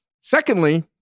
Secondly